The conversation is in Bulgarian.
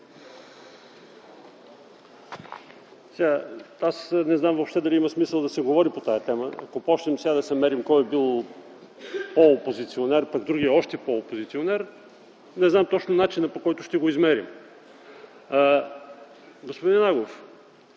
Аз не знам дали въобще има смисъл да се говори по тази тема. Ако започнем сега да се мерим кой бил опозиционер, пък кой бил още по-опозиционер, не знам точно начина, по който ще го измерим. Господин Агов,